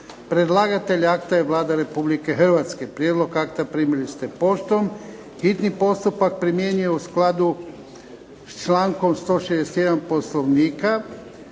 Predlagatelj akta je Vlada Republike Hrvatske. Prijedlog akta primili ste poštom. Hitni postupak primjenjuje u skladu sa člankom 161. Poslovnika.